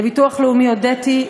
לביטוח הלאומי הודיתי,